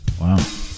Wow